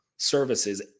services